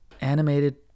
animated